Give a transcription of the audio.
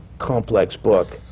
complex book.